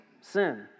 sin